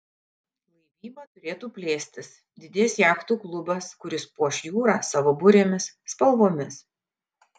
laivyba turėtų plėstis didės jachtų klubas kuris puoš jūrą savo burėmis spalvomis